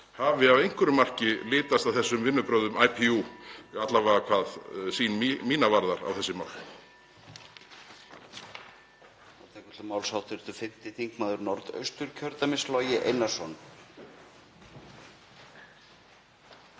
hafi að einhverju marki litast af þessum vinnubrögðum IPU, alla vega hvað sýn mína varðar á þessi mál.